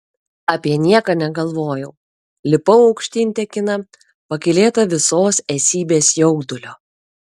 apie nieką negalvojau lipau aukštyn tekina pakylėta visos esybės jaudulio